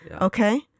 okay